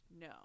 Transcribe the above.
no